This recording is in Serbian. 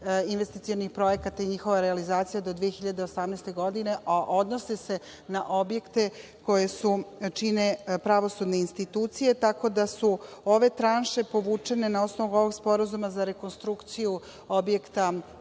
investicionih projekata i njihova realizacija do 2018. godine, a odnose se na objekte koji čine pravosudne institucije, tako da su ove tranše povučene na osnovu ovog Sporazuma za rekonstrukciju objekta